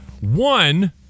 one